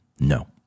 No